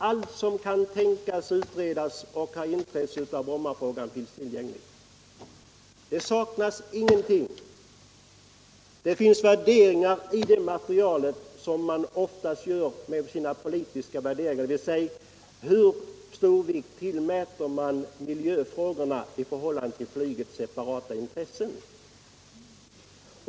Allt som kan tänkas ha intresse i Brommafrågan är utrett och finns tillgängligt. Ingenting saknas. Materialet återspeglar naturligtvis värderingar; man gör oftast utredningar med sina politiska värderingar som grund. Det sägs: Hur stor vikt tillmäter man miljöfrågorna i förhållande till flygets separata intressen?